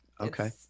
okay